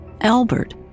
Albert